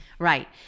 Right